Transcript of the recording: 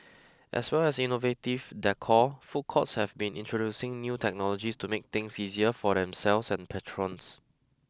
as well as innovative decor food courts have been introducing new technologies to make things easier for themselves and patrons